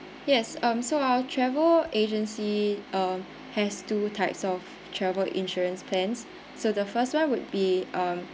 yes um so our travel agency uh has two types of travel insurance plans so the first [one] would be um